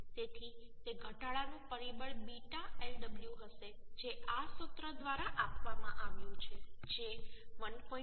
તેથી તે ઘટાડાનું પરિબળ β Lw હશે જે આ સૂત્ર દ્વારા આપવામાં આવ્યું છે જે 1